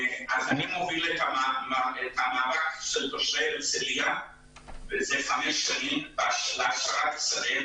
אני מוביל את המאבק של תושבי הרצליה מזה חמש שנים להשארת השדה.